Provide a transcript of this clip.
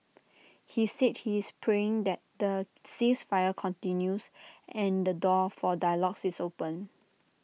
he said he is praying that the ceasefire continues and the door for dialogues is opened